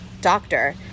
doctor